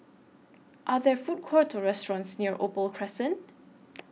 Are There Food Courts Or restaurants near Opal Crescent